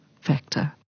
factor